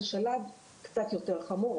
זה שלב קצת יותר חמור,